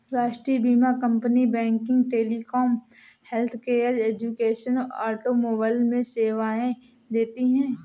राष्ट्रीय बीमा company banking, telecom, healthcare, education, automobile में सेवाएं देती है